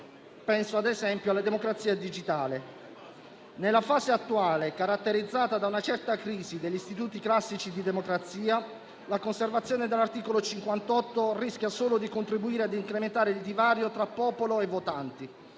(penso, ad esempio, alla democrazia digitale). Nella fase attuale, caratterizzata da una certa crisi degli istituti classici di democrazia, la conservazione dell'articolo 58 della Costituzione rischia solo di contribuire a incrementare il divario tra popolo e votanti,